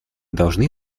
должны